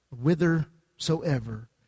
whithersoever